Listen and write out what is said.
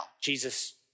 Jesus